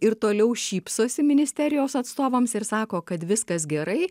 ir toliau šypsosi ministerijos atstovams ir sako kad viskas gerai